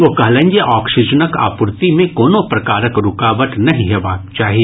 ओ कहलनि जे ऑक्सीजनक आपूर्ति मे कोनो प्रकारक रूकावट नहि हेबाक चाही